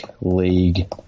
League